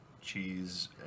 Cheese